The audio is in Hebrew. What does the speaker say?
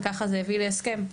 וככה זה הביא להסכם.